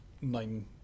nine